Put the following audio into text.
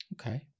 Okay